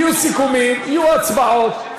יהיו סיכומים, יהיו הצבעות.